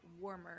warmer